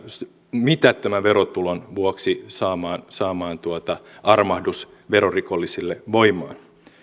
mitättömän verotulon vuoksi saamaan saamaan armahdus verorikollisille voimaan